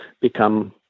become